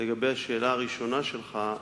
לגבי השאלה הראשונה שלך,